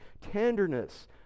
tenderness